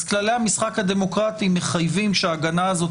אז כללי המשחק הדמוקרטי מחייבים שההגנה הזאת